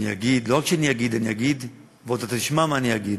אני אגיד ואתה עוד תשמע מה אני אגיד.